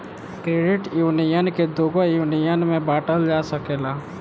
credit union के दुगो union में बॉटल जा सकेला